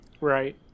Right